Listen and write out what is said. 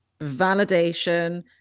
validation